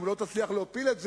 אם היא לא תצליח להפיל את זה,